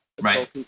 right